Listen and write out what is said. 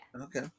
okay